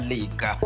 League